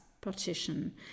partition